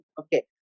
Okay